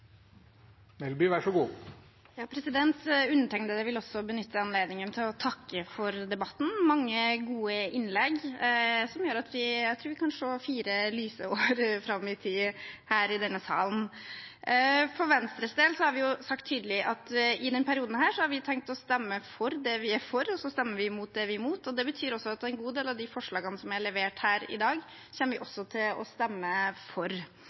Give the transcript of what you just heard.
Undertegnede vil også benytte anledningen til å takke for debatten. Det har vært mange gode innlegg, som gjør at jeg tror vi kan se fire lyse år fram i tid her i denne salen. For Venstres del har vi sagt tydelig at i denne perioden har vi tenkt å stemme for det vi er for, og stemme mot det vi er imot, og det betyr også at en god del av de forslagene som er levert her i dag, kommer vi også til å stemme for.